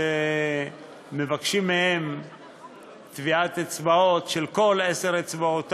מבקשים טביעת אצבעות של כל עשר האצבעות,